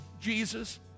Jesus